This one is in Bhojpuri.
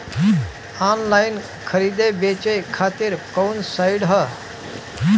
आनलाइन खरीदे बेचे खातिर कवन साइड ह?